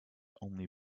only